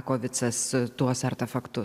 kovicas tuos artefaktus